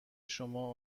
شما